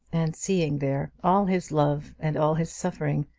and seeing there all his love and all his suffering,